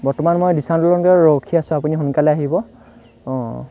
বৰ্তমান মই দিচাং দলঙতে ৰখি আছোঁ আপুনি সোনকালে আহিব অঁ